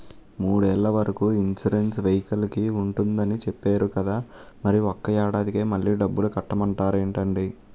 మూడేళ్ల వరకు ఇన్సురెన్సు వెహికల్కి ఉంటుందని చెప్పేరు కదా మరి ఒక్క ఏడాదికే మళ్ళి డబ్బులు కట్టమంటారేంటండీ?